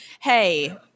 hey